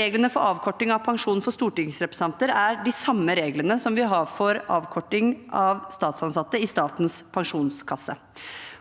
Reglene for avkorting av pensjon for stortingsrepresentanter er de samme reglene som vi har for avkorting av pensjon for statsansatte i Statens pensjonskasse.